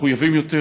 מחויבים יותר,